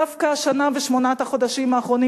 דווקא השנה ושמונת החודשים האחרונים